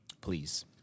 please